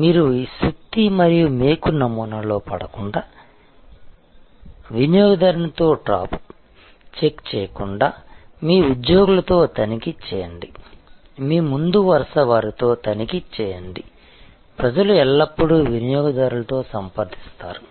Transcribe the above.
మీరు ఈ సుత్తి మరియు మేకు నమూనాలో పడకుండా లేదా వినియోగదారుని తో ట్రాప్ చెక్ చేయకుండా మీ ఉద్యోగులతో తనిఖీ చేయండి మీ ముందు వరుస వారితో తనిఖీ చేయండి ప్రజలు ఎల్లప్పుడూ వినియోగదారులతో సంప్రదిస్తారు